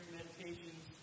meditations